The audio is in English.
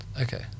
Okay